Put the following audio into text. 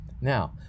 Now